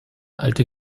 alte